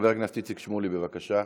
חבר הכנסת איציק שמולי, בבקשה.